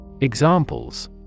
Examples